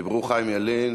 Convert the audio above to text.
דיברו חיים ילין